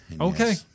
Okay